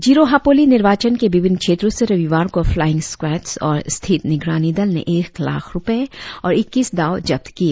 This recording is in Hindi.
जीरो हापोली निर्वाचन के विभिन्न क्षेत्रों से रविवार को फ्लाईंग स्क्वाड़स और स्थित निगरानी दल ने एक लाख रुपए और इक्कीस दाव जब्त किए